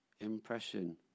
impression